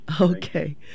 Okay